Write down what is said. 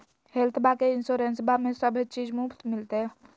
हेल्थबा के इंसोरेंसबा में सभे चीज मुफ्त मिलते?